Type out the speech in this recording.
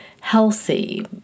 healthy